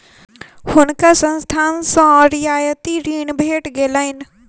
हुनका संस्थान सॅ रियायती ऋण भेट गेलैन